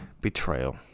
betrayal